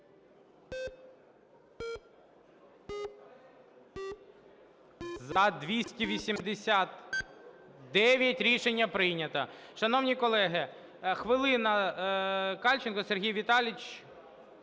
За-289 Рішення прийнято. Шановні колеги, хвилина – Кальченко Сергій Віталійович.